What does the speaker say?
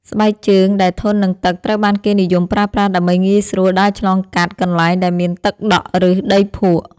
ស្បែកជើងដែលធន់នឹងទឹកត្រូវបានគេនិយមប្រើប្រាស់ដើម្បីងាយស្រួលដើរឆ្លងកាត់កន្លែងដែលមានទឹកដក់ ឬដីភក់។